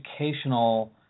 educational